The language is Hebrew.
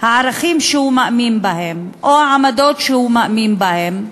הערכים שהוא מאמין בהם או העמדות שהוא מאמין בהן,